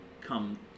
come